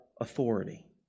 authority